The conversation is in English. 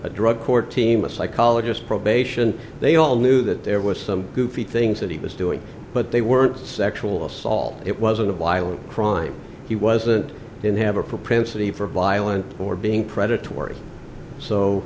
a drug court team a psychologist probation they all knew that there was some goofy things that he was doing but they weren't sexual assault it wasn't a violent crime he wasn't in have a propensity for violence or being predatory so